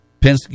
Penske